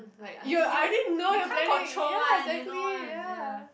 like you I already know you are planning ya exactly ya